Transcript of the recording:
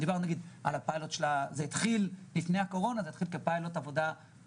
זה ארגון עובדים